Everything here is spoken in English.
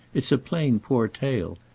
it's a plain poor tale.